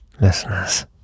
listeners